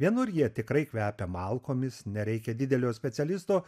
vienur jie tikrai kvepia malkomis nereikia didelio specialisto